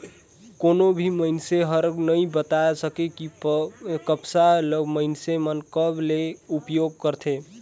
कोनो भी मइनसे हर नइ बता सके, कपसा ल मइनसे मन कब ले उपयोग करथे